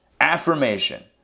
affirmation